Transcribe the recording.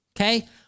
Okay